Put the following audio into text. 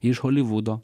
iš holivudo